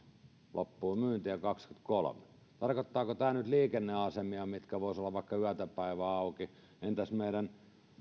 loppuu myynti ja kaksikymmentäkolme tarkoittaako tämä nyt liikenneasemia jotka voisivat olla vaikka yötäpäivää auki entäs meidän